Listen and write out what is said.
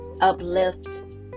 uplift